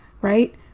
right